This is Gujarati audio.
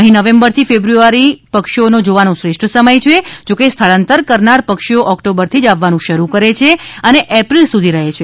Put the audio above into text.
અહી નવેમ્બરથી ફેબ્રુઆરીની પક્ષીઓને જોવાનો શ્રેષ્ઠ સમય છે જો કે સ્થળાંતર કરનાર પક્ષીઓ ઓક્ટોબરથી જ આવવાનું શરૂ કરે છે અને એપ્રિલ સુધી રહે છે